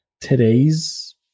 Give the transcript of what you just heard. today's